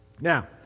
Now